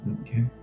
Okay